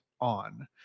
on